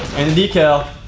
and decal